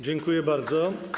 Dziękuję bardzo.